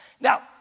Now